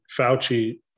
fauci